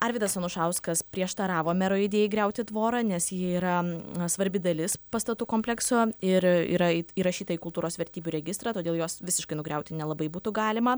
arvydas anušauskas prieštaravo mero idėjai griauti tvorą nes ji yra svarbi dalis pastatų komplekso ir yra it įrašyta į kultūros vertybių registrą todėl jos visiškai nugriauti nelabai būtų galima